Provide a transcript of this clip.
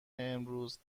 امروز